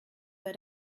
bei